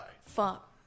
fuck